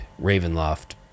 Ravenloft